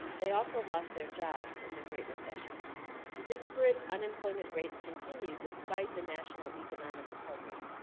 they also lost their jobs in the great recession disparate unemployment rates continue, despite the national economic recovery.